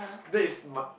that is my